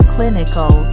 Clinical